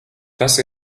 tas